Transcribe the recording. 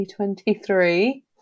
2023